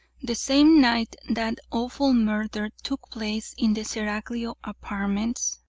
the same night that awful murder took place in the seraglio apartments,